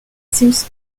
seems